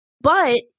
but-